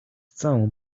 całą